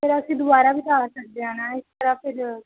ਫਿਰ ਅਸੀਂ ਦੁਬਾਰਾ ਵੀ ਤਾਂ ਆ ਸਕਦੇ ਹਾਂ ਨਾ ਇਸ ਤਰ੍ਹਾਂ ਫਿਰ